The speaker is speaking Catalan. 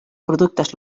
productes